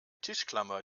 tischklammer